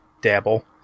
dabble